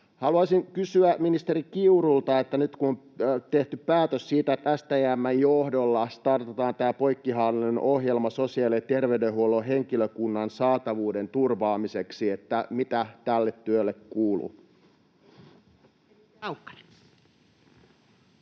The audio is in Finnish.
Haluaisin kysyä ministeri Kiurulta: nyt, kun on tehty päätös siitä, että STM:n johdolla startataan tämä poikkihallinnollinen ohjelma sosiaali- ja terveydenhuollon henkilökunnan saatavuuden turvaamiseksi, niin mitä tälle työlle kuuluu?